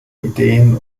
ideen